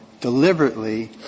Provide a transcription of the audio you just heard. deliberately